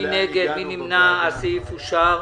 הסעיף אושר.